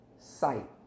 sight